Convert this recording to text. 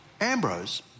Ambrose